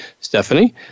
Stephanie